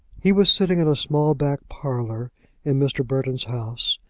he was sitting in a small back parlour in mr. burton's house,